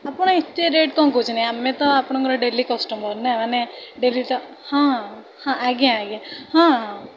ଆପଣ ଏତେ ରେଟ୍ କ'ଣ କହୁଛନ୍ତି ଆମେ ତ ଆପଣଙ୍କର ଡେଲି କଷ୍ଟମର୍ ନା ମାନେ ଡେଲି ତ ହଁ ହଁ ଆଜ୍ଞା ଆଜ୍ଞା ହଁ